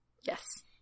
Yes